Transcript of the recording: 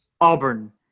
Auburn